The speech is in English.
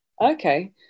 okay